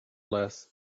less